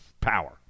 Power